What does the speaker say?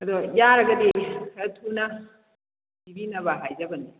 ꯑꯗꯣ ꯌꯥꯔꯒꯗꯤ ꯈꯔ ꯊꯨꯅ ꯄꯤꯕꯤꯅꯕ ꯍꯥꯏꯖꯕꯅꯤ